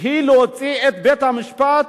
"היא להוציא את בית-המשפט